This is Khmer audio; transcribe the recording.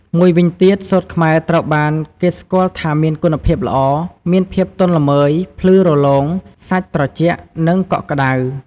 មួយវិញទៀត សូត្រខ្មែរត្រូវបានគេស្គាល់ថាមានគុណភាពល្អ មានភាពទន់ល្មើយ ភ្លឺរលោង សាច់ត្រជាក់ និងកក់ក្តៅ។